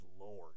lord